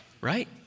right